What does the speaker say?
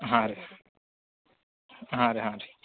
ಹಾಂ ರೀ ಹಾಂ ರೀ ಹಾಂ ರೀ